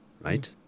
right